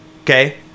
okay